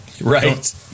Right